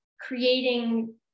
creating